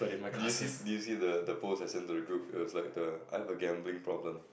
do you see do you see the the post I sent to the group that was like the I have a gambling problem